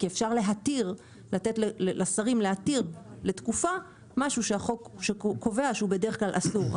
כי אפשר לתת לשרים להתיר לתקופה משהו שהחוק קובע שהוא בדרך כלל אסור.